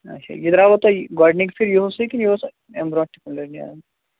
اچھا یہِ درٛاوو تۄہہِ گۄڈنِکۍ پھِرِ یِہُسوے کِنہٕ یہِ اوس اَمہِ برٛونٛٹھ تہِ کُلٮ۪ن نیران